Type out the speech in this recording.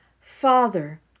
Father